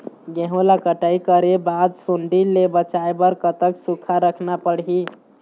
गेहूं ला कटाई करे बाद सुण्डी ले बचाए बर कतक सूखा रखना पड़ही?